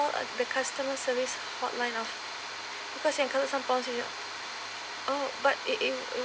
the customer service hotline of because you encounter some policy oh but I